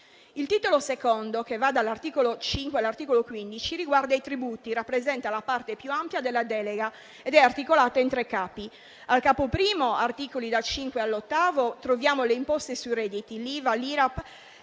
Il titolo II, che va dall'articolo 5 all'articolo 15, riguarda i tributi, rappresenta la parte più ampia della delega ed è articolata in tre capi: al capo I, agli articoli da 5 a 8, troviamo le imposte sui redditi, IVA e Irap